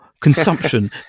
consumption